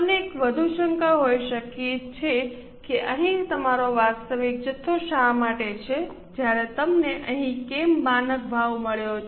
તમને એક વધુ શંકા હોઈ શકે છે કે અહીં તમારો વાસ્તવિક જથ્થો શા માટે છે જ્યારે તમને અહીં કેમ માનક ભાવ મળ્યો છે